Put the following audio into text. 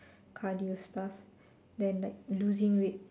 cardio stuff then like losing weight